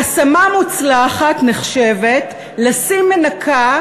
השמה מוצלחת נחשבת לשים מנקה,